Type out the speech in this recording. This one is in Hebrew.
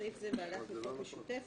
זה ירד, זה נוהל במקום הסכם.